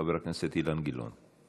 חבר הכנסת אילן גילאון.